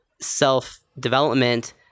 self-development